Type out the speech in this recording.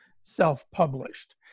self-published